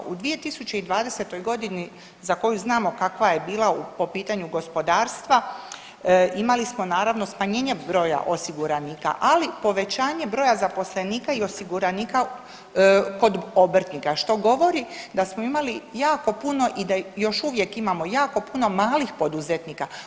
U 2020.g. za koju znamo kakva je bila po pitanju gospodarstva imali smo naravno smanjenje broja osiguranika, ali povećanje broja zaposlenika i osiguranika kod obrtnika, što govori da smo imali jako puno i da još uvijek imamo jako puno malih poduzetnika.